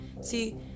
See